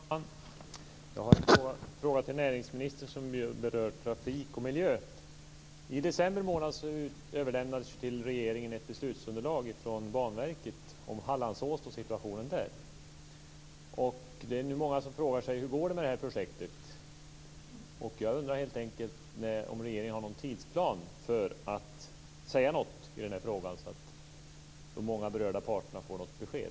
Fru talman! Jag har en fråga till näringsministern som berör trafik och miljö. I december månad överlämnades till regeringen ett beslutsunderlag från Banverket om Hallandsåsen och situationen där. Det är nu många som frågar sig hur det går med projektet. Jag undrar helt enkelt om regeringen har någon tidsplan för när man skall säga något i denna fråga, så att de många berörda parterna får ett besked.